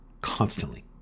constantly